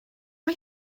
mae